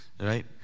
right